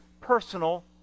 personal